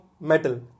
metal